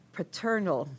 paternal